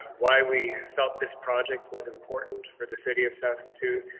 why we felt this project was important for the city of saskatoon.